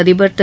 அதிபர் திரு